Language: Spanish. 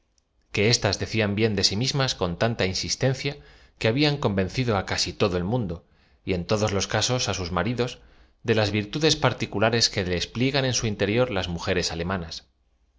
que éstas declan bien de si mismas con tanta insistencia que habían convencido á casi todo el mundo y en todos casos á sus maridos de las virtudes particulares que despliegan en su interior las mujeres